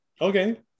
okay